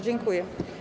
Dziękuję.